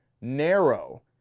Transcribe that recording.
narrow